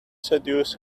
seduce